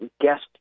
guest